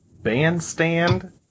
Bandstand